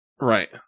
right